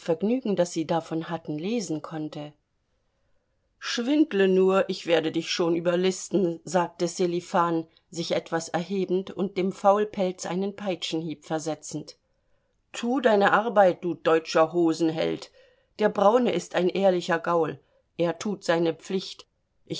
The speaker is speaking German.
das sie davon hatten lesen konnte schwindle nur ich werde dich schon überlisten sagte sselifan sich etwas erhebend und dem faulpelz einen peitschenhieb versetzend tu deine arbeit du deutscher hosenheld der braune ist ein ehrlicher gaul er tut seine pflicht